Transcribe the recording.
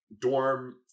dorm